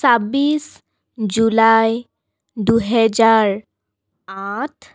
চাব্বিছ জুলাই দুহেজাৰ আঠ